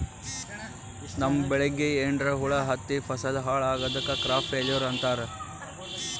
ನಮ್ಮ್ ಬೆಳಿಗ್ ಏನ್ರಾ ಹುಳಾ ಹತ್ತಿ ಫಸಲ್ ಹಾಳ್ ಆಗಾದಕ್ ಕ್ರಾಪ್ ಫೇಲ್ಯೂರ್ ಅಂತಾರ್